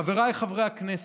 חבריי חברי הכנסת,